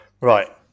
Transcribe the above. right